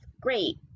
Great